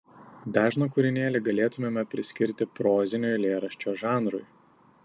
dažną kūrinėlį galėtumėme priskirti prozinio eilėraščio žanrui